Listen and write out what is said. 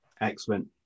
excellent